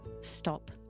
Stop